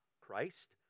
Christ